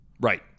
Right